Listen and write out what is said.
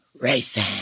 racing